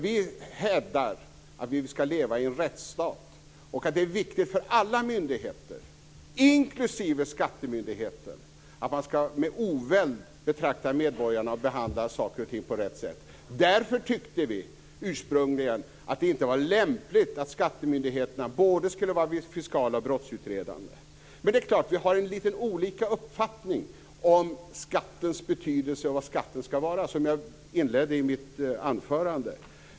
Vi hävdar att vi skall leva i en rättsstat där det är viktigt för alla myndigheter - inklusive för skattemyndigheterna - att man med oväld skall betrakta medborgarna och behandla saker och ting på rätt sätt. Därför tyckte vi ursprungligen att det inte var lämpligt att skattemyndigheterna skulle vara både fiskala och brottsutredande myndigheter. Men det är klart att vi har lite olika uppfattning om skattens betydelse och om hur hög skatten skall vara, vilket jag också inledde mitt anförande med.